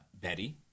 Betty